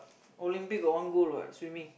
Olympic got one goal what swimming